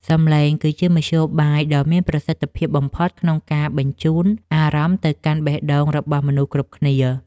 សំឡេងគឺជាមធ្យោបាយដ៏មានឥទ្ធិពលបំផុតក្នុងការបញ្ជូនអារម្មណ៍ទៅកាន់បេះដូងរបស់មនុស្សគ្រប់គ្នា។